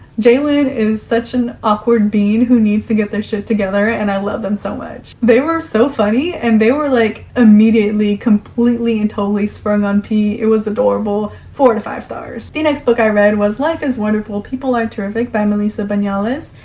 jalen is such an awkward bean who needs to get their shit together, and i love them so much. they were so funny and they were like, immediately, completely, and totally sprung on p. it was adorable. four to five stars. the next book i read was life is wonderful people are terrific by meliza banales,